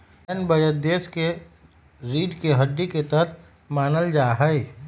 सैन्य बजट देश के रीढ़ के हड्डी के तरह मानल जा हई